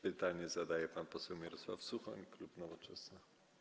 Pytanie zadaje pan poseł Mirosław Suchoń, klub Nowoczesna.